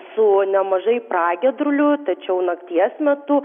su nemažai pragiedrulių tačiau nakties metu